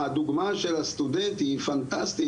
הדוגמא של הסטודנט היא פנטסטית,